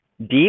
deep